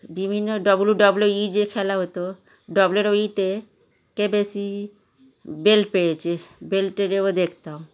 বিভিন্ন W W E যে খেলা হতো ডাব্লিউ ডাব্লিউ ইতে কে বেশি বেল্ট পেয়েছে বেল্টের এও দেখতাম